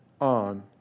on